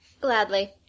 Gladly